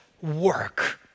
work